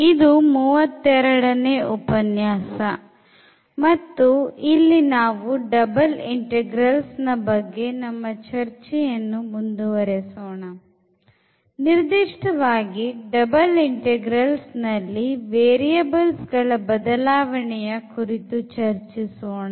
ಇದು 32ನೇ ಉಪನ್ಯಾಸ ಮತ್ತು ಇಲ್ಲಿ ನಾವು double integrals ಬಗ್ಗೆ ನಮ್ಮ ಚರ್ಚೆಯನ್ನು ಮುಂದುವರಿಸೋಣ ನಿರ್ದಿಷ್ಟವಾಗಿ double integrals ನಲ್ಲಿ ವೇರಿಯೇಬಲ್ಸ್ ಗಳ ಬದಲಾವಣೆಯ ಕುರಿತು ಚರ್ಚಿಸೋಣ